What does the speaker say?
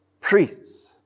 priests